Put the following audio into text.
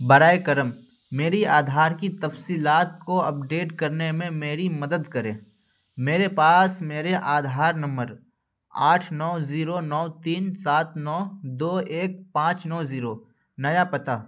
براہ کرم میری آدھار کی تفصیلات کو اپڈیٹ کرنے میں میری مدد کریں میرے پاس میرے آدھار نمبر آٹھ نو زیرو نو تین سات نو دو ایک پانچ نو زیرو نیا پتہ